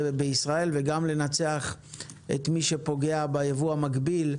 לישראל וגם לנצח את מי שפוגע בייבוא המקביל.